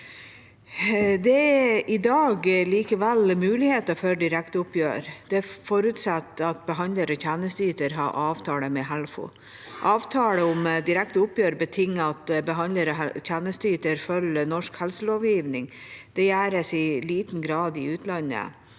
i dag likevel muligheter for direkte oppgjør. Det forutsetter at behandler og tjenesteyter har avtale med Helfo. Avtale om direkte oppgjør betinger at behandler og tjenesteyter følger norsk helselovgivning. Det gjøres i liten grad i utlandet,